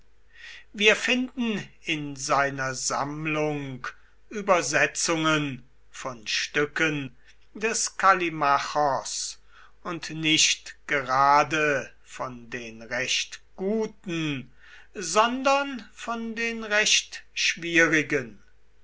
wir finden in seiner sammlung übersetzungen von stücken des kallimachos und nicht gerade von den recht guten sondern von den